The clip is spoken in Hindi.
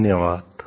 धन्यवाद